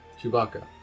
Chewbacca